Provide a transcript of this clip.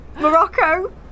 Morocco